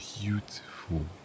beautiful